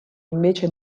invece